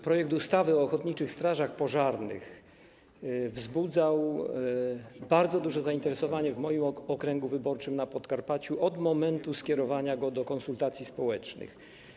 Projekt ustawy o ochotniczych strażach pożarnych wzbudzał bardzo duże zainteresowanie w moim okręgu wyborczym na Podkarpaciu od momentu skierowania go do konsultacji społecznych.